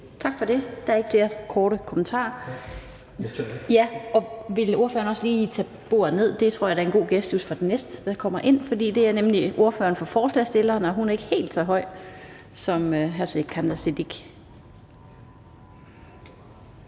Tak for det. Der er ikke flere korte bemærkninger. Vil ordføreren også lige køre bordet ned? Det tror jeg vil være en god gestus for den næste, der kommer ind, for det er nemlig ordføreren for forslagsstillerne, og hun er ikke helt så høj som hr. Sikandar